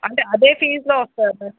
అంటే అదే ఫీజ్లో వస్తుందా